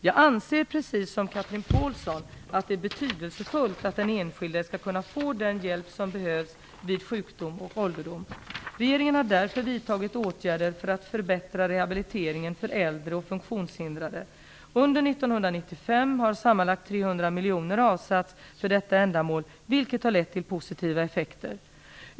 Jag anser precis som Chatrine Pålsson att det är betydelsefullt att den enskilde skall kunna få den hjälp som behövs vid sjukdom och ålderdom. Regeringen har därför vidtagit åtgärder för att förbättra rehabiliteringen för äldre och funktionshindrade. Under 1995 har sammanlagt 300 miljoner kronor avsatts för detta ändamål, vilket har lett till positiva effekter.